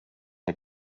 der